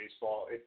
baseball